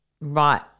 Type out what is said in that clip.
right